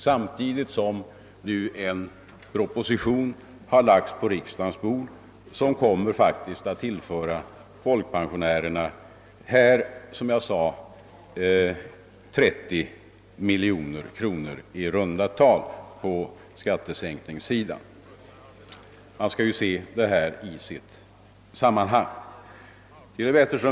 Samtidigt har det på riksdagens bord lagts en proposition, som kommer att tillföra folkpensionärerna i runt tal 30 miljoner kronor på skattesänkningssidan. Man skall ju se detta i dess stora sammanhang.